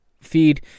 feed